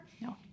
No